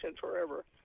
forever